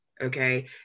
Okay